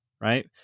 right